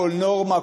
כל נורמה,